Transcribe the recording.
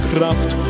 Kraft